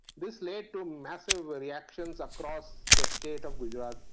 this led to massive reactions across the state of gujarat,